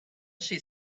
she